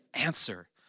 answer